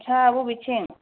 आछा बबेथिं